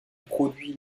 produit